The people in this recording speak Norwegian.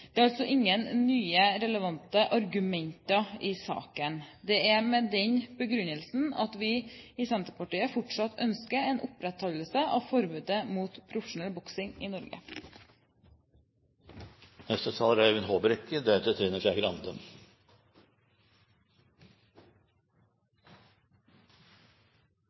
Det er altså ingen nye, relevante argumenter i saken. Det er med den begrunnelsen vi i Senterpartiet fortsatt ønsker en opprettholdelse av forbudet mot profesjonell boksing i Norge. Det er